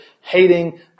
hating